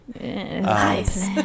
Nice